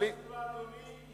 זאת רשימה סגורה, אדוני.